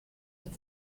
with